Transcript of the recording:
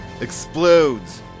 explodes